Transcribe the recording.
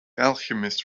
alchemist